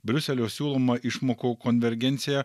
briuselio siūloma išmokų konvergencija